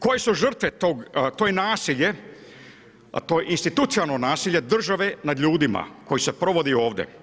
Koje su žrtve tog, to je nasilje, a to je institucionalno nasilje država nad ljudima koje se provodi ovdje.